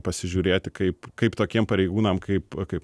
pasižiūrėti kaip kaip tokiem pareigūnam kaip kaip